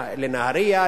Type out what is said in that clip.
לנהרייה,